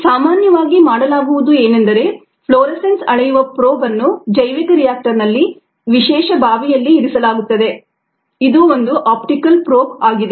ಸಾಮಾನ್ಯವಾಗಿ ಮಾಡಲಾಗುವುದು ಏನೆಂದರೆ ಫ್ಲೋರೆಸೆನ್ಸ್ ಅಳೆಯುವ ಪ್ರೋಬ್ ಅನ್ನು ಜೈವಿಕ ರಿಯಾಕ್ಟರ್ನಲ್ಲಿ ವಿಶೇಷ ಬಾವಿಯಲ್ಲಿ ಇರಿಸಲಾಗುತ್ತದೆ ಇದು ಒಂದು ಆಪ್ಟಿಕಲ್ ಪ್ರೋಬ್ ಆಗಿದೆ